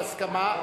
בהסכמה,